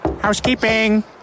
Housekeeping